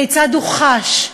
כיצד הוא חש,